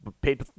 paid